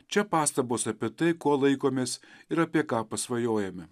čia pastabos apie tai ko laikomės ir apie ką pasvajojame